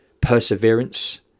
Perseverance